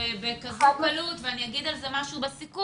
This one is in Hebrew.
בכזאת קלות - ובסוף